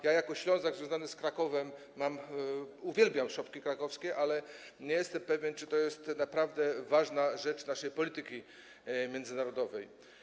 Ja jako Ślązak związany z Krakowem uwielbiam szopki krakowskie, ale nie jestem pewien, czy to jest naprawdę ważna rzecz w naszej polityce międzynarodowej.